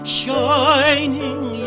shining